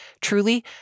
Truly